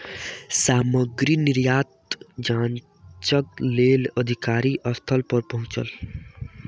सामग्री निर्यात जांचक लेल अधिकारी स्थल पर पहुँचल